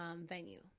venue